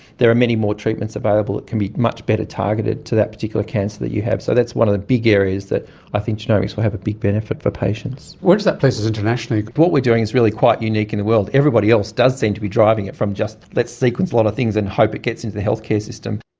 there are many more treatments available that can be much better targeted to that particular cancer that you have. so that's one of the big areas that i think genomics will have a big benefit for patients. where does that place us internationally? what we are doing is really quite unique in the world. everybody else does seem to be driving it from just let's sequence a lot of things and hope it gets into the healthcare system.